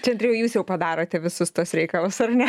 čia andriejau jūs jau padarote tus tuos reikalus ar ne